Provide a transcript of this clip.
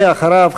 ואחריו,